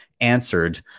answered